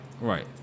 right